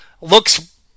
looks